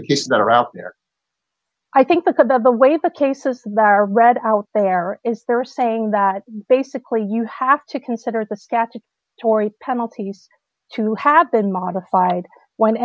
the cases that are out there i think about the way the cases are read out there is they're saying that basically you have to consider the statute tory penalties to have been modified when